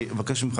אבקש ממך,